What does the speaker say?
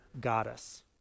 goddess